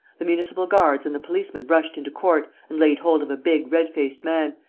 the municipal guards and the policemen rushed into court and laid hold of a big, red-faced man,